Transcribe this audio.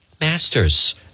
masters